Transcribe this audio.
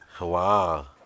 Wow